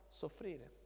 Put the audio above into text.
soffrire